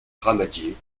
ramadier